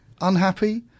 unhappy